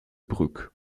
broek